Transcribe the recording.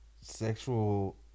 sexual